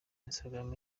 instagram